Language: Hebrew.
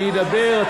אני אדבר,